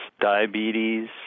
diabetes